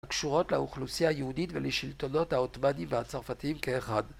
הקשורות לאוכלוסייה יהודית ולשלטונות העות׳מאנים והצרפתיים כאחד.